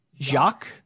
Jacques